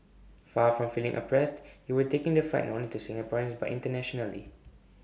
far from feeling oppressed you were taking the fight not only to Singaporeans but internationally